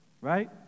right